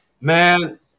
man